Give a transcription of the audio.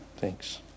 Thanks